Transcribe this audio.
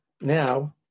now